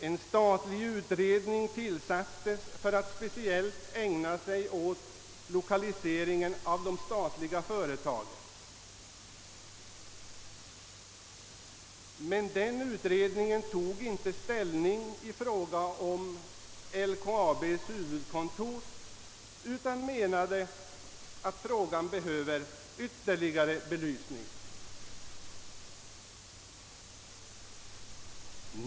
En statlig utredning tillsattes för att speciellt ägna sig åt lokaliseringen av de statliga företagen. Men denna utredning tog inte ställning i fråga om LKAB:s huvudkontor utan menade att frågan behöver ytterligare belysning.